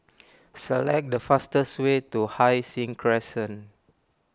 select the fastest way to Hai Sing Crescent